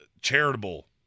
charitable